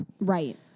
right